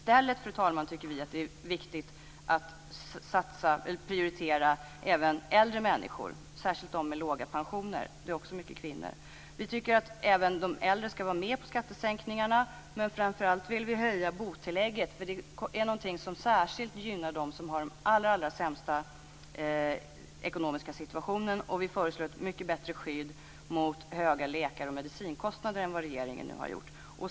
I stället, fru talman, tycker vi att det är viktigt att prioritera även äldre människor, särskilt de med låga pensioner av vilka många är kvinnor. Men framför allt vill vi höja bostadstillägget, för det är något som särskilt gynnar dem som har den allra sämsta ekonomiska situationen.